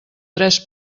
tres